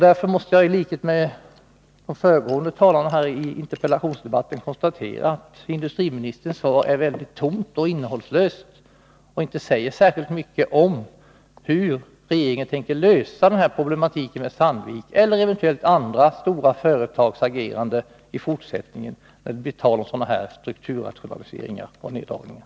Därför måste jag, i likhet med föregående talare här i interpellationsdebatten, konstatera att det industriministern sade var väldigt tomt och innehållslöst och inte säger särskilt mycket om hur regeringen tänker lösa problematiken med Sandviks eller eventuellt andra stora företags agerande i fortsättningen, när det blir tal om sådana här strukturrationaliseringar och neddragningar.